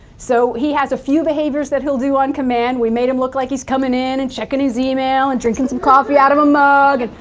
so, he has a few behaviors that he'll do on command we made him look like he's coming in and checking his email and drinking coffee out of a mug,